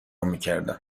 میکردم